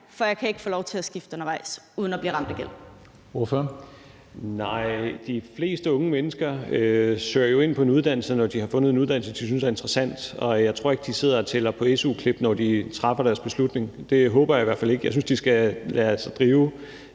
(Karsten Hønge): Ordføreren. Kl. 15:39 Rasmus Stoklund (S): Nej, de fleste unge mennesker søger jo ind på en uddannelse, når de har fundet en uddannelse, de synes er interessant, og jeg tror ikke, de sidder og tæller su-klip, når de træffer deres beslutning. Det håber jeg i hvert fald ikke. Jeg synes, de skal lade sig drive